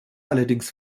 allerdings